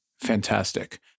Fantastic